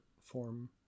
form